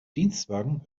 dienstwagen